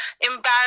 embarrassed